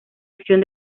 acción